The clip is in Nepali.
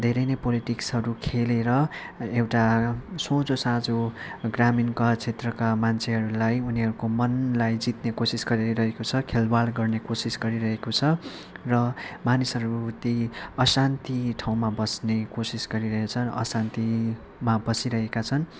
धेरै नै पोलिटिक्सहरू खेलेर एउटा सोझोसाझो ग्रामिणका क्षेत्रका मान्छेहरूलाई उनिहरूको मनलाई जित्ने कोसिस गरिरहेको छ खेलबाड गर्ने कोसिस गरिरहेको छ र मानिसहरू त्यही अशान्ति ठाउँमा बस्ने कोसिस गरिरहेछ अशान्तिमा बसिरहेका छन्